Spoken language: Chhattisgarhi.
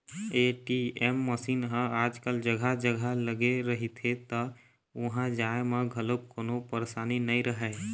ए.टी.एम मसीन ह आजकल जघा जघा लगे रहिथे त उहाँ जाए म घलोक कोनो परसानी नइ रहय